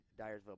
Dyersville